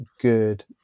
good